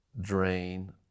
drain